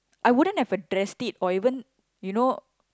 I wouldn't have addressed it or even you know